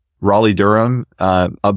Raleigh-Durham